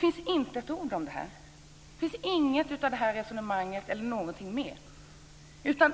Men inte ett ord om det finns med här. Ingenting av detta resonemang eller något sådant finns med.